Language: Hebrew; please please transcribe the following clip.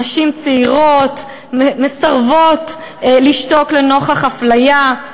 נשים צעירות מסרבות לשתוק לנוכח אפליה,